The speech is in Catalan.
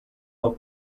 del